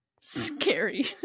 scary